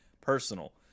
personal